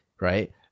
right